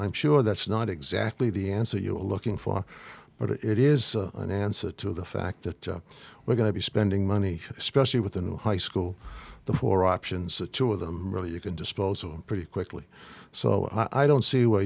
i'm sure that's not exactly the answer you're looking for but it is an answer to the fact that we're going to be spending money especially with the new high school the four options the two of them really you can disposable pretty quickly so i don't see wh